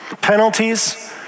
penalties